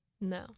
No